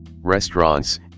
restaurants